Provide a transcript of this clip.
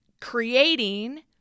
creating